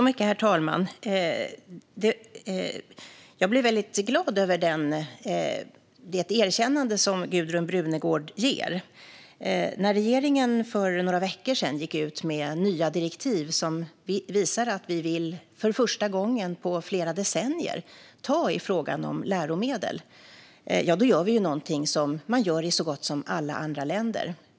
Herr talman! Jag blir väldigt glad över det erkännande som Gudrun Brunegård ger. När regeringen för några veckor sedan gick ut med nya direktiv som visar att vi för första gången på flera decennier vill ta i frågan om läromedel gör vi någonting som man gör i så gott som alla andra länder.